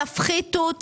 תפחיתו,